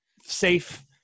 safe